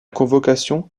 convocation